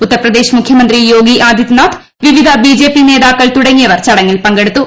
ഉത്തർപ്രദേശ് മുഖ്യമന്ത്രി യോഗി ആദിത്യനാഥ് വിവിധ ബിജെപി നേതാക്കൾ തുടങ്ങിയവർ ചടങ്ങിൽ പങ്കെടുത്തു